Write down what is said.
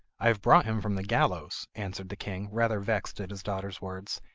i have brought him from the gallows answered the king rather vexed at his daughter's words,